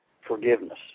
forgiveness